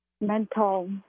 mental